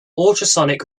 ultrasonic